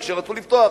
וכשרצו לפתוח,